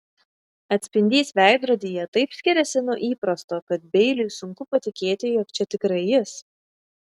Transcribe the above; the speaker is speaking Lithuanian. atspindys veidrodyje taip skiriasi nuo įprasto kad beiliui sunku patikėti jog čia tikrai jis